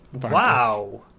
Wow